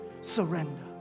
Surrender